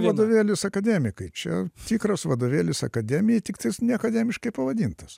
vadovėlis akademikai čia tikras vadovėlis akademijai tiktais neakademiškai pavadintas